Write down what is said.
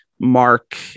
Mark